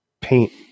paint